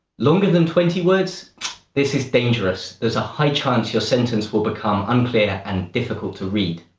longer than twenty words this is dangerous. there's a high chance your sentence will become unclear and difficult to read.